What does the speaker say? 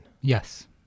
Yes